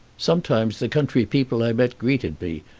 sometimes the country people i met greeted me,